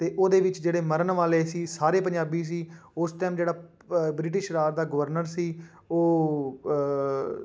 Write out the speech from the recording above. ਅਤੇ ਉਹਦੇ ਵਿੱਚ ਜਿਹੜੇ ਮਰਨ ਵਾਲੇ ਸੀ ਸਾਰੇ ਪੰਜਾਬੀ ਸੀ ਉਸ ਟਾਈਮ ਜਿਹੜਾ ਬ੍ਰਿਟਿਸ਼ ਰਾਜ ਦਾ ਗਵਰਨਰ ਸੀ ਉਹ